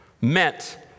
meant